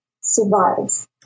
survives